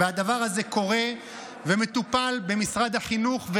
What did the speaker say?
הדבר הזה קורה ומטופל במשרד החינוך.